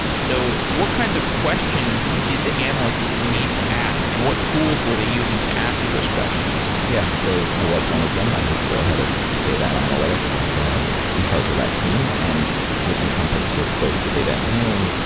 so what kinds of questions did the analysts need to ask and what tools were they using to ask those questions? yeah. so i was one of them. i was the head of data and analytics, and so i was in charge of that team and which encompass sort of both the data engineering,